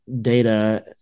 data